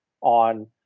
on